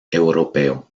europeo